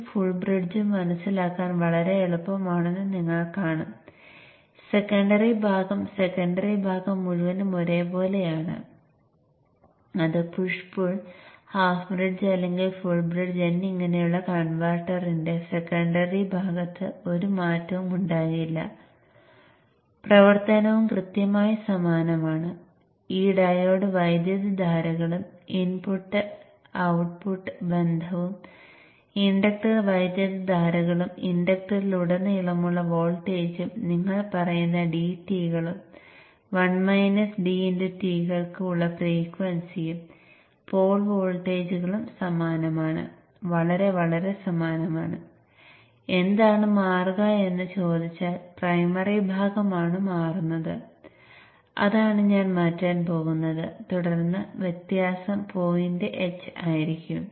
ഇപ്പോൾ എല്ലാ 3 കൺവെർട്ടറുകളിലും push pull half bridge full bridge എന്നിവയിൽ സെക്കൻഡറിയുടെ വശം പ്രവർത്തനത്തിൽ സമാനമാണെന്ന് കാണാം